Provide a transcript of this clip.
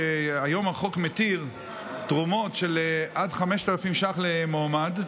שהיום החוק מתיר תרומות של עד 5,000 שקלים למועמד,